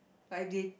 I did